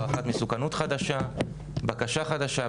הערכת מסוכנות חדשה, בקשה חדשה.